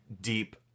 deep